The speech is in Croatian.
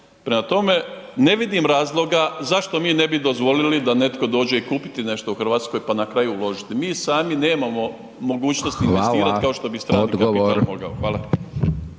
prema tome, ne vidim razloga zašto mi ne bi dozvolili da netko dođe i kupiti nešto u Hrvatskoj pa na kraju uložiti, mi sami nemamo mogućnosti investirati kao što bi strani kapital mogao. Hvala.